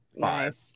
five